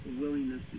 willingness